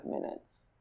minutes